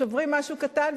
שוברים משהו קטן,